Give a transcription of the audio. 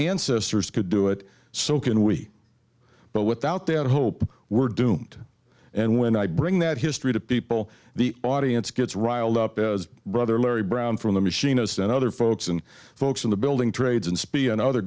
ancestors could do it so can we but without that hope we're doomed and when i bring that history to people the audience gets riled up as brother larry brown from the machinist and other folks and folks in the building trades in speech and other